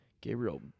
Gabriel